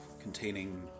containing